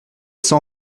sans